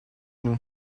nous